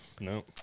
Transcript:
No